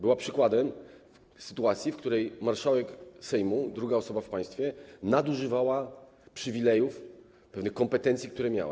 Był to przykład sytuacji, w której marszałek Sejmu, druga osoba w państwie, nadużywał przywilejów, pewnych kompetencji, które miał.